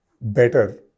better